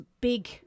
big